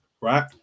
right